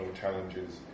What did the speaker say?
challenges